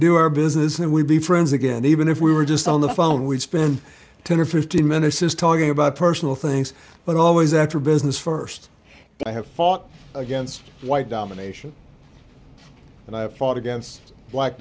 do our business and we'll be friends again even if we were just on the phone we spend ten or fifteen minutes is talking about personal things but always after business first i have fought against white domination and i have fought against black